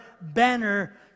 banner